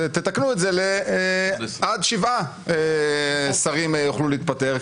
תתקנו את זה עד שבעה שרים שיוכלו להתפטר,